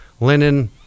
linen